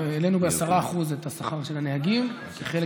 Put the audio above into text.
העלינו ב-10% את השכר של הנהגים כחלק